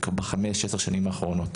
בחמש עשר שנים האחרונות,